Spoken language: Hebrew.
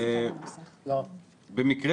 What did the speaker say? במקרה